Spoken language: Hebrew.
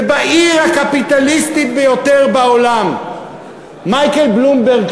ובעיר הקפיטליסטית ביותר בעולם מייקל בלומברג,